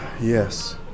Yes